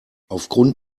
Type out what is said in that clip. aufgrund